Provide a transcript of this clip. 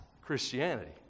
Christianity